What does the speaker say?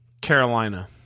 Carolina